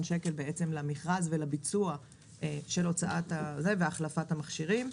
שקל למכרז ולביצוע של הוצאת והחלפת המכשירים.